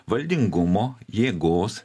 valdingumo jėgos